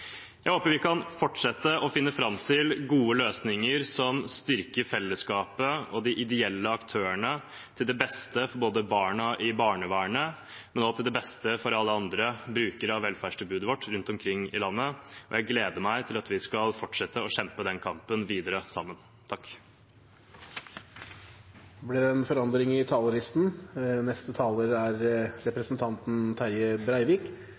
Jeg håper vi kan fortsette å finne fram til gode løsninger som styrker fellesskapet og de ideelle aktørene til beste for barna i barnevernet, men også til beste for alle andre brukere av velferdstilbudet vårt rundt omkring i landet. Jeg gleder meg til at vi skal fortsette å kjempe den kampen sammen videre. Eg og Venstre er svært glade for at fleirtalet står bak eit balansert og fornuftig vedtak som vil vareta behovet – det